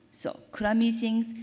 so crummy things,